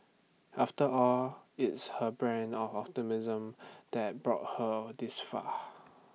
after all it's her brand of optimism that brought her this far